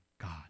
God